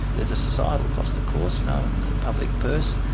there is a societal cost of course, you know, on the public purse,